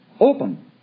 open